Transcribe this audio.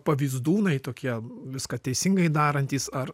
pavyzdūnai tokie viską teisingai darantys ar